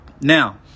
now